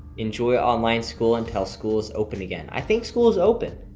enjoy online school until school is open again. i think school is open,